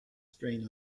strain